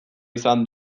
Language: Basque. izan